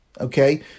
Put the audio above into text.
okay